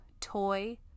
Toy